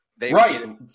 Right